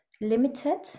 Limited